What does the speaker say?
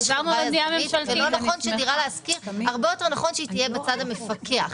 הרבה יותר נכון שדירה ממשלתית תהיה בצד המפקח.